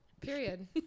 period